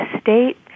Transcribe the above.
state